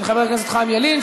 של חבר הכנסת ילין,